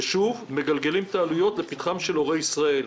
שוב מגלגלים את העלויות לפתחם של הורי ישראל.